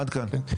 עד כאן.